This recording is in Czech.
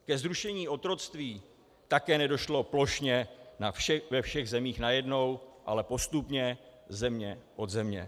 Ke zrušení otroctví také nedošlo plošně ve všech zemích najednou, ale postupně země od země.